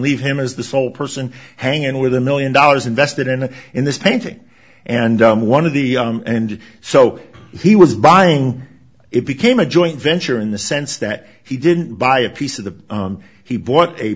leave him as the sole person hanging with a million dollars invested in it in this painting and on one of the and so he was buying it became a joint venture in the sense that he didn't buy a piece of the he bought a